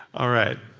all right.